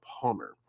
Palmer